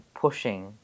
pushing